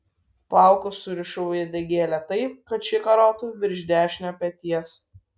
plaukus surišau į uodegėlę taip kad ši karotų virš dešinio peties